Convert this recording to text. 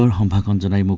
hometowns and um ah